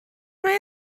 mae